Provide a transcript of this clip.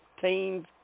teams